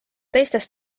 teistes